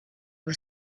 was